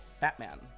Batman